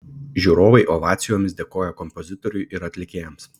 žiūrovai ovacijomis dėkojo kompozitoriui ir atlikėjams